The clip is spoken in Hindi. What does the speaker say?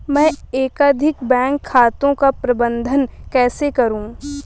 मैं एकाधिक बैंक खातों का प्रबंधन कैसे करूँ?